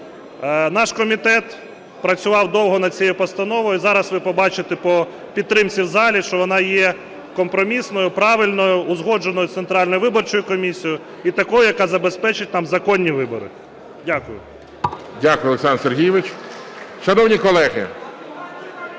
Наш комітет працював довго над цією постановою. Зараз ви побачите по підтримці в залі, що вона є компромісною, правильною, узгодженою з Центральною виборчою комісією, і такою, яка забезпечить там законні вибори. Дякую. ГОЛОВУЮЧИЙ. Дякую, Олександр Сергійович. Шановні колеги!